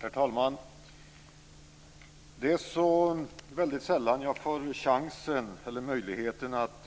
Herr talman! Det är så sällan jag får möjlighet att